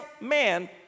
man